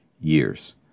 years